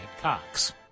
Cox